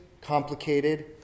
complicated